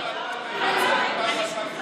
גם ב-2011 וגם ב-2014.